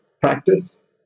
practice